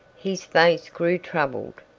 his face grew troubled.